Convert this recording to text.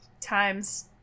times